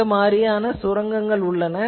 இந்த மாதிரியான சுரங்கங்கள் உள்ளன